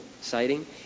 sighting